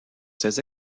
ses